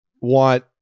want